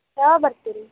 ಯಾವಾಗ ಬರ್ತೀರಿ